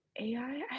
AI